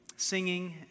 singing